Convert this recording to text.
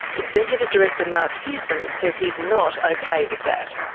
executive director mark pearson says he's not okay with that.